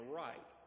right